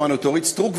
שמענו את אורית סטרוק,